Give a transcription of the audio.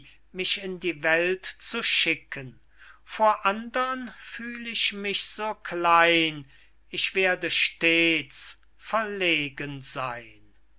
mich in die welt zu schicken vor andern fühl ich mich so klein ich werde stets verlegen seyn